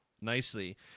nicely